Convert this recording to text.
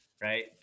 right